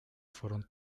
fueron